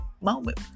moment